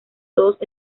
todos